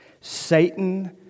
Satan